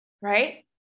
right